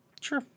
Sure